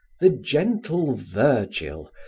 the gentle vergil,